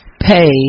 pay